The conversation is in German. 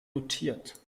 dotiert